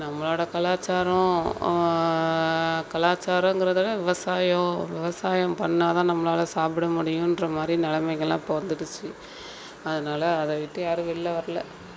நம்மளோடய கலாச்சாரம் கலாச்சாரங்கிறதோட விவசாயம் விவசாயம் பண்ணிணாதான் நம்மளால சாப்பிட முடியும்றமாரி நிலமைகெல்லாம் இப்போ வந்துடுச்சு அதனால அதை விட்டு யாரும் வெளில வர்லை